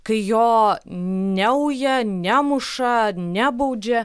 kai jo neuja nemuša nebaudžia